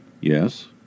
Yes